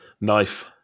knife